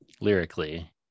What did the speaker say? lyrically